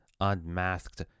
unmasked